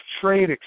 trade